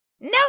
No